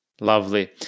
Lovely